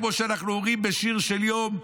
כמו שאנחנו אומרים בשיר של יום: